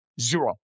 Zero